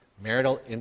Marital